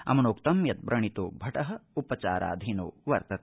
अम्नोक्त यत् व्रणितो भट उपचाराधीनो वर्तते